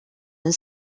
than